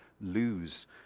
lose